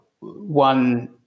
one